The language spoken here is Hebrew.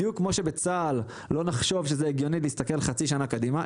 בדיוק כמו שבצה"ל לא נחשוב שזה הגיוני להסתכל חצי שנה קדימה,